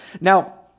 Now